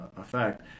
effect